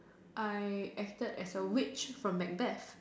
I acted as a witch from Macbeth